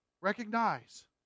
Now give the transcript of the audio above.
Recognize